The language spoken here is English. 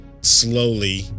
slowly